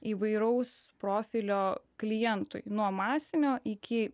įvairaus profilio klientui nuo masinio iki